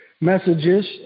messages